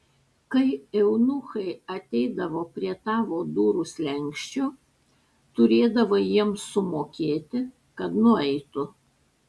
kai eunuchai ateidavo prie tavo durų slenksčio turėdavai jiems sumokėti kad nueitų